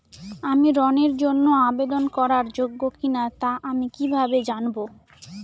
আমি ঋণের জন্য আবেদন করার যোগ্য কিনা তা আমি কীভাবে জানব?